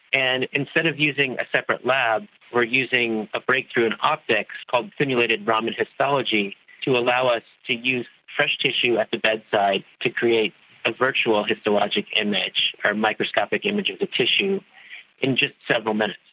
and instead of using a separate lab we are using a breakthrough in optics called stimulated raman histology to allow us to use fresh tissue at the bedside to create a virtual histologic image or microscopic images of tissue in just several minutes.